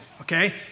okay